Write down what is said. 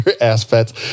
aspects